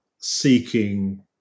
seeking